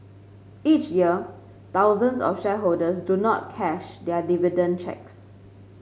each year thousands of shareholders do not cash their dividend cheques